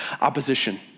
opposition